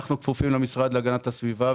אנחנו כפופים למשרד להגנת הסביבה,